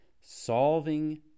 solving